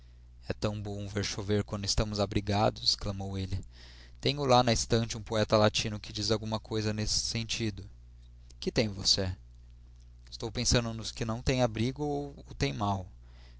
e tão bom ver chover quando estamos abrigados exclamou ele tenho lá na estante um poeta latino que diz alguma coisa neste sentido que tem você estou pensando nos que não têm abrigo ou o têm mau